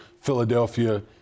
Philadelphia